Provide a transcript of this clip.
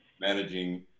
managing